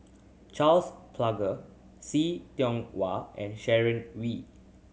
Charles Paglar See Tiong Wah and Sharon Wee